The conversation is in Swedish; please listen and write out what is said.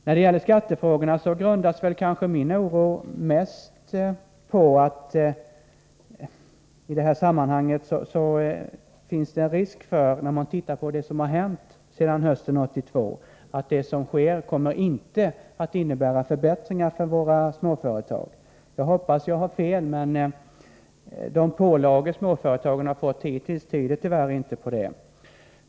När det gäller skattefrågorna grundas min oro mest på att det i detta sammanhang — när man tittar på det som har hänt sedan hösten 1982 — finns en risk för att det som sker inte kommer att innebära förbättringar för våra småföretag. Jag hoppas att jag har fel, men de pålagor småföretagen har fått hittills tyder tyvärr inte på det.